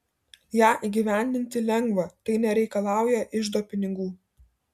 ją įgyvendinti lengva tai nereikalauja iždo pinigų